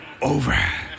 over